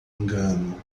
engano